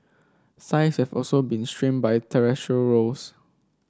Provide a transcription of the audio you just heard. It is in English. have also been strained by rows